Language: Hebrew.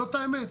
זאת האמת.